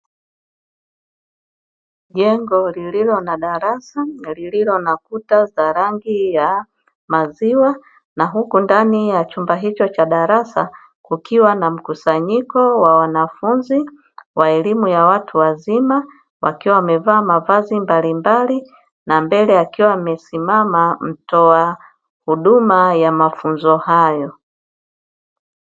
Jengo lililo na darasa, lililo na kuta za rangi ya maziwa na huko ndani ya chumba hicho cha darasa kukiwa na mkusanyiko wa wanafunzi wa elimu ya watu wazima wakiwa wamevaa mavazi mbalimbali, na mbele akiwa amesimama mtoa huduma wa mafunzo hayo.